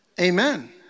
Amen